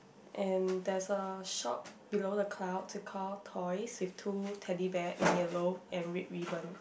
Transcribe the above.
and there's a shop below the clouds they call toys with two Teddy Bear in yellow and red ribbon